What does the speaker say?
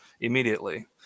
immediately